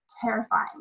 terrifying